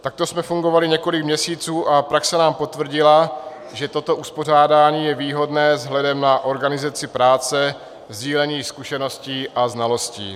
Takto jsme fungovali několik měsíců a praxe nám potvrdila, že toto uspořádání je výhodné vzhledem na organizaci práce, sdílení zkušeností a znalostí.